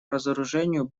разоружению